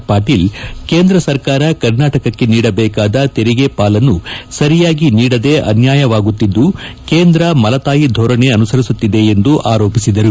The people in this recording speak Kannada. ಖಾಟೀಲ್ ಕೇಂದ್ರ ಸರ್ಕಾರ ಕರ್ನಾಟಕಕ್ಕೆ ನೀಡಬೇಕಾದ ತೆರಿಗೆ ಪಾಲನ್ನು ಸರಿಯಾಗಿ ನೀಡದೆ ಅನ್ಕಾಯವಾಗುತ್ತಿದ್ದು ಕೇಂದ್ರ ಮಲತಾಯಿ ಧೋರಣೆ ಅನುಸರಿಸುತ್ತಿದೆ ಎಂದು ಆರೋಪಿಸಿದರು